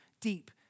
deep